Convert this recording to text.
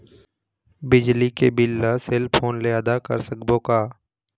बिजली बिल ला cell phone से आदा कर सकबो का?